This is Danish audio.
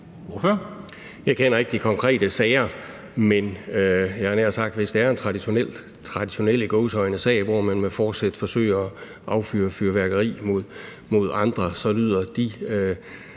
Jeg kender ikke de konkrete sager, men hvis det er en – i gåseøjne – traditionel sag, hvor man med forsæt forsøger at affyre fyrværkeri mod andre, så lyder det